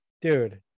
dude